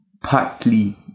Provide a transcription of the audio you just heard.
Partly